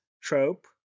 trope